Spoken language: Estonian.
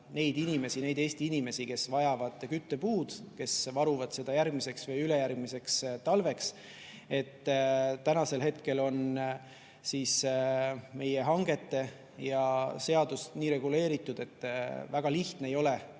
neid inimesi, neid Eesti inimesi, kes vajavad küttepuid, kes varuvad seda järgmiseks või ülejärgmiseks talveks. Täna on meie hangete seadus nii reguleeritud, et väga lihtne ei ole